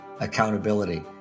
accountability